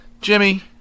Jimmy